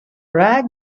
rag